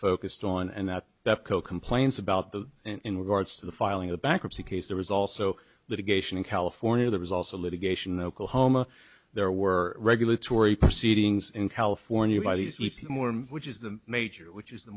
focused on and that that co complains about the in regards to the filing a bankruptcy case there was also litigation in california there was also litigation oklahoma there were regulatory proceedings in california by these we see more in which is the major which is the